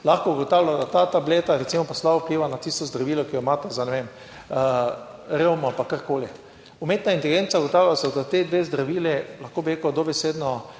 lahko ugotavlja, da ta tableta recimo slabo vpliva na tisto zdravilo, ki ga imate za, ne vem, revmo, pa karkoli. Umetna inteligenca ugotavlja, da se bosta ti dve zdravili, lahko bi rekel dobesedno